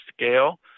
scale